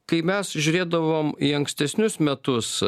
kai mes žiūrėdavom į ankstesnius metus